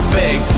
big